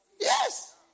Yes